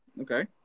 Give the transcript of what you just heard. okay